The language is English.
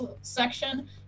section